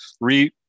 re